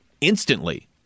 instantly